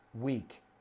week